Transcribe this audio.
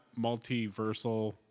multiversal